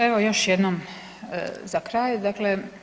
Evo još jednom, za kraj, dakle.